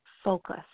Focus